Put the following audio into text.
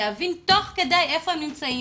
להבין תוך כדי איפה הם נמצאים.